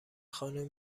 خانم